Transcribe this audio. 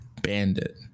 bandit